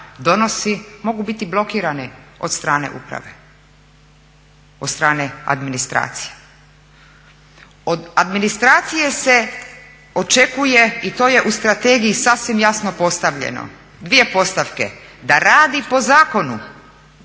donosi mogu biti blokirane od strane uprave, od strane administracije. Od administracije se očekuje i to je u strategiji sasvim jasno postavljeno dvije postavke da radi po zakonu,